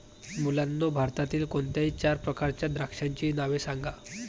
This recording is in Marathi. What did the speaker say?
मुलांनो भारतातील कोणत्याही चार प्रकारच्या द्राक्षांची नावे सांगा